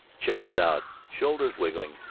chest out, shoulders wriggling,